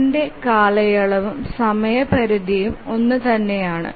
അതിന്റെ കാലയളവും സമയപരിധിയും ഒന്നുതന്നെയാണ്